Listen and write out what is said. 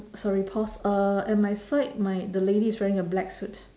sorry pause uh at my side my the lady is wearing a black suit